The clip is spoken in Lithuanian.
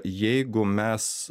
jeigu mes